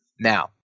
Now